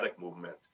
movement